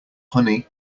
honey